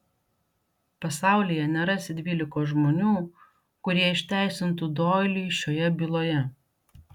pasaulyje nerasi dvylikos žmonių kurie išteisintų doilį šioje byloje